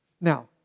Now